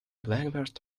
blackbird